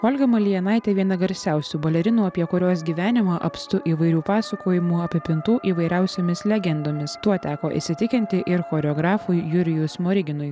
olga malėjinaitė viena garsiausių balerinų apie kurios gyvenimą apstu įvairių pasakojimų apipintų įvairiausiomis legendomis tuo teko įsitikinti ir choreografui jurijui smoriginui